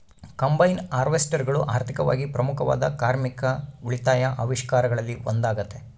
combine ಹಾರ್ವೆಸ್ಟರ್ಗಳು ಆರ್ಥಿಕವಾಗಿ ಪ್ರಮುಖವಾದ ಕಾರ್ಮಿಕ ಉಳಿತಾಯ ಆವಿಷ್ಕಾರಗಳಲ್ಲಿ ಒಂದಾಗತೆ